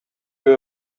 you